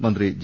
മന്ത്രി ജെ